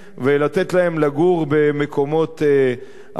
ולתת להם לגור במקומות ארעיים.